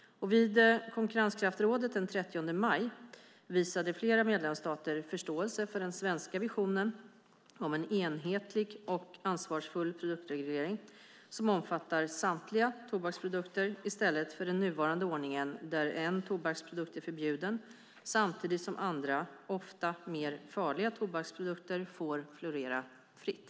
Vid konkurrenskraftsrådet den 30 maj visade flera medlemsstater förståelse för den svenska visionen om en enhetlig och ansvarsfull produktreglering som omfattar samtliga tobaksprodukter, i stället för den nuvarande ordningen där en tobaksprodukt är förbjuden samtidigt som andra, ofta mer farliga tobaksprodukter får florera fritt.